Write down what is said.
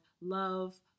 love